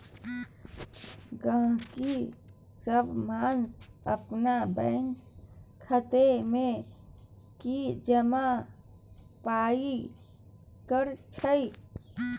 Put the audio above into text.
गहिंकी सब मास अपन बैंकक खाता मे किछ पाइ जमा करै छै